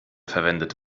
verwendet